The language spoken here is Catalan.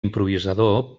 improvisador